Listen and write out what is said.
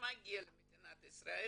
שמגיע למדינת ישראל